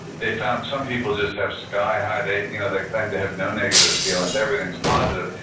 they found some people just have sky high. they you know they claim to have no negative feelings everything is positive.